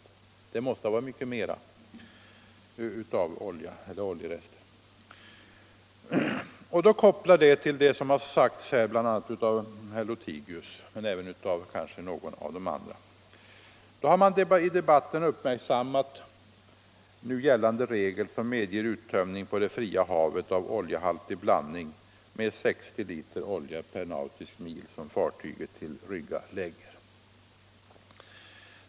Det måste ha varit mycket mera av oljerester. Detta kan då kopplas till det som i denna diskussion har sagts av herr Lothigius och kanske av ytterligare någon talare. I debatten har särskilt uppmärksammats nu gällande regel som medger uttömning på det fria havet av oljehaltig blandning med 60 liter olja per nautisk mil som fartyget tillryggalägger.